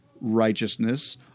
righteousness